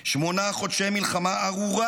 שמונה חודשי מלחמה ארורה,